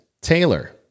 Taylor